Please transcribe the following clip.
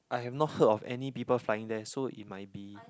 I have not heard of any people flying there so it might be